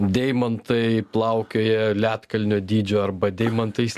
deimantai plaukioja ledkalnio dydžio arba deimantais